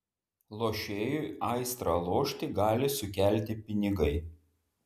lošėjui aistrą lošti gali sukelti pinigai